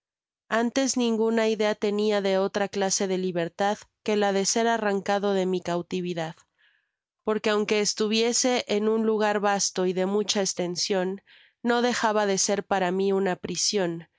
antes ninguna idea tenia de otra clase de libertad que la de ser arrancado de mi cautividad porque aunque estuviese en un lugar vasto y de mucha estension no dejaba de ser para mi una prision